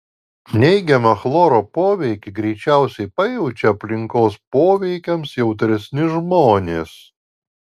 neigiamą chloro poveikį greičiausiai pajaučia aplinkos poveikiams jautresni žmonės